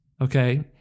Okay